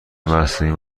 مصنوعی